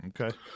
Okay